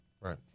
Right